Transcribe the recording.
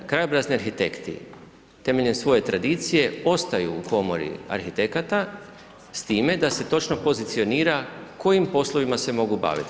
Krajobrazni arhitekti temeljem svoj tradicije ostaju u Komori arhitekata s time da se točno pozicionira kojim poslovima se mogu baviti.